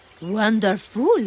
Wonderful